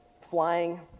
flying